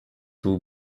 will